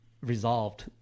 resolved